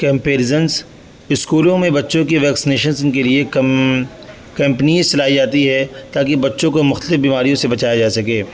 اسکولوں میں بچوں کی ویکسینیشسن کے لیے کم کیمپینز چلائی جاتی ہے تاکہ بچوں کو مختلف بیماریوں سے بچایا جا سکے